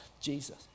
Jesus